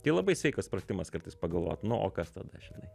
tai labai sveikas pratimas kartais pagalvot nu o kas tada žinai